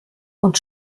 und